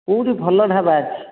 କୋଉଠି ଭଲ ଢାବା ଅଛି